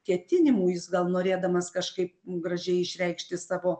ketinimų jis gal norėdamas kažkaip gražiai išreikšti savo